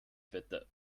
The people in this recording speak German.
bitte